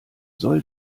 soll